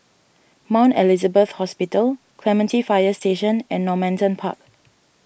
Mount Elizabeth Hospital Clementi Fire Station and Normanton Park